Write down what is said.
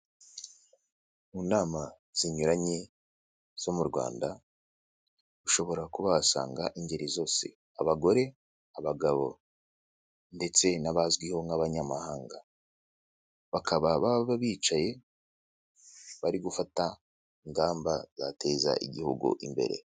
Mu nama zinyuranye zo mu Rwanda ushobora kuba wasanga ingeri zose; abagore, abagabo ndetse n'abazwiho nk'abanyamahanga, bakaba baba bicaye bari gufata ingamba zateza igihugu imbere.